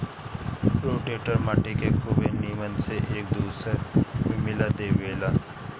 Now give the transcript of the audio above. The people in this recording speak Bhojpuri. रोटेटर माटी के खुबे नीमन से एक दूसर में मिला देवेला